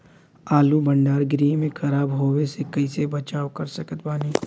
आलू भंडार गृह में खराब होवे से कइसे बचाव कर सकत बानी?